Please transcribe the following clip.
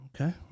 Okay